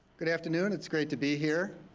good afternoon. it's great to be here.